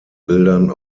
bildern